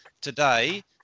today